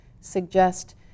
suggest